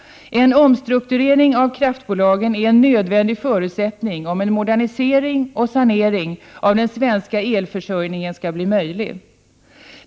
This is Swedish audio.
En omstrukturering av kraftbolagen är en nödvändig förutsättning om en modernisering och sanering av den svenska elförsörjningen skall bli möjlig.